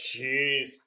Jeez